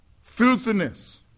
filthiness